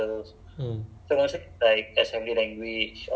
ah there's this code thing called fortran right betul tak